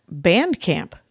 Bandcamp